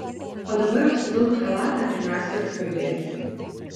o dabar apsivilk chalatą ir mes pasikalbėsime